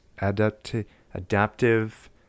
Adaptive